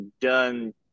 done